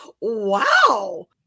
wow